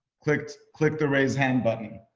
click click the raise hand button.